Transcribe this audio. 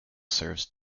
serves